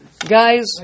Guys